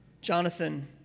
Jonathan